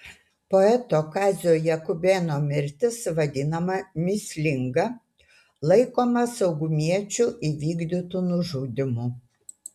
poeto kazio jakubėno mirtis vadinama mįslinga laikoma saugumiečių įvykdytu nužudymu